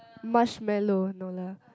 marshmallow no lah